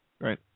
Right